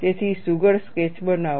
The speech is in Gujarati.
તેથી સુઘડ સ્કેચ બનાવો